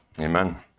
Amen